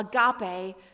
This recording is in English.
agape